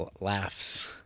Laughs